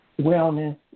wellness